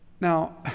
Now